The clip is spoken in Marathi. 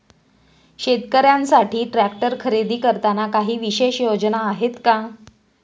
शेतकऱ्यांसाठी ट्रॅक्टर खरेदी करताना काही विशेष योजना आहेत का?